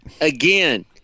Again